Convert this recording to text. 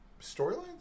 storylines